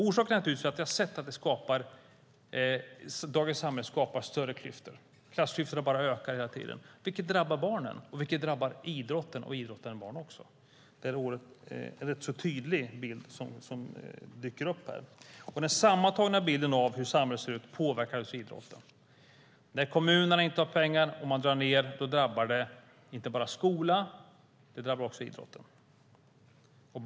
Orsaken är att vi har sett att det i dagens samhälle skapas större klyftor. Klassklyftorna bara ökar hela tiden, vilket drabbar barnen och idrotten. Det drabbar idrott bland barn; det är en rätt tydlig bild som dyker upp. Den sammantagna bilden av hur samhället ser ut påverkar idrotten. När kommunerna inte har pengar och när de drar ned drabbar det inte bara skola utan också idrotten.